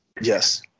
Yes